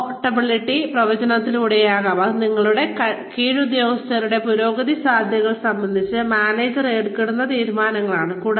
promotability പ്രവചനങ്ങളിലൂടെയാകാം അത് അവരുടെ കീഴുദ്യോഗസ്ഥരുടെ പുരോഗതി സാധ്യതകൾ സംബന്ധിച്ച് മാനേജർമാർ എടുക്കുന്ന തീരുമാനങ്ങളാണ്